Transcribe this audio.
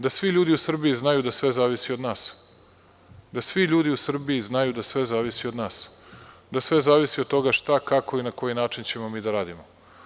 Da svi ljudi u Srbiji znaju da sve zavisi od nas, da svi ljudi u Srbiji znaju da sve zavisi od nas, da sve zavisi od toga šta, kako i na koji način ćemo mi da radimo.